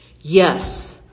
Yes